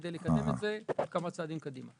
כדי לקדם את זה כמה צעדים קדימה.